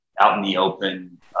out-in-the-open